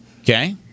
Okay